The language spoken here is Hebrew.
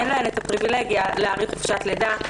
אין להם את הפריבילגיה להאריך חופשת לידה.